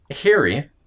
Harry